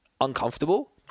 uncomfortable